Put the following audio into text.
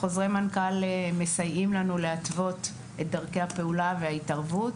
חוזרי מנכ"ל מסייעים לנו להתוות את דרכי הפעולה וההתערבות,